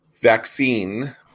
vaccine